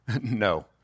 no